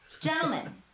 Gentlemen